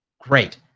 great